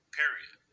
period